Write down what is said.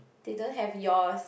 they don't have yours